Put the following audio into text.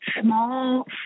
small